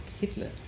Hitler